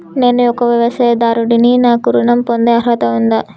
నేను ఒక వ్యవసాయదారుడిని నాకు ఋణం పొందే అర్హత ఉందా?